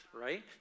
right